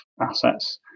assets